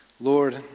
lord